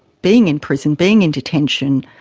being in prison, being in detention